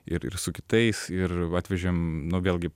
ir ir su kitais ir atvežėm nu vėlgi